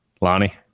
Lonnie